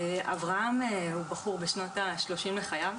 אברהם הוא בחור בשנות ה-30 לחייו,